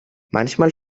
manchmal